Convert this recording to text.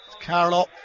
Carlo